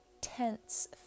tense